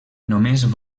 només